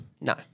No